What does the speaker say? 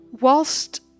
Whilst